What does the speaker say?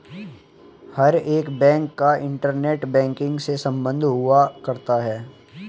हर एक बैंक का internet banking से सम्बन्ध हुआ करता है